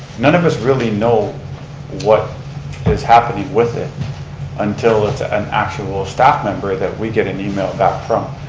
none of us really know what is happening with it until it's an actual staff member that we get an email back from.